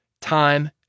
time